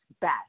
best